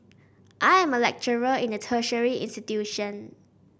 I am a lecturer in a tertiary institution